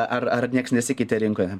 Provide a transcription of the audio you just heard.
ar ar nieks nesikeitė rinkoje